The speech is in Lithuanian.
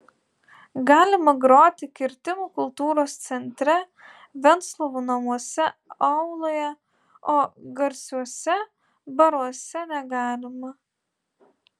galima groti kirtimų kultūros centre venclovų namuose auloje o garsiuose baruose negalima